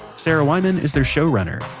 sarah wyman is their showrunner.